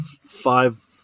five